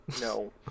No